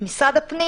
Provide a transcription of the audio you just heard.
במשרד הפנים